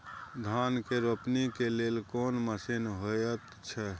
धान के रोपनी के लेल कोन मसीन होयत छै?